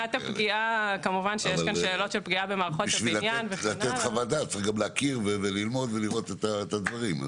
אבל בשביל לתת חוות דעת צריך ללמוד ולהכיר ולראות את הדברים.